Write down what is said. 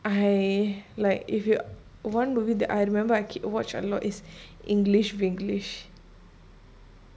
I like if you one movie that I remember I ke~ watch a lot is english vinglish